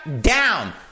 down